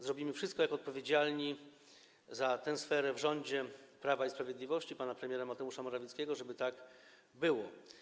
Zrobimy wszystko jako odpowiedzialni za tę sferę w rządzie Prawa i Sprawiedliwości, rządzie pana premiera Mateusza Morawieckiego, żeby tak było.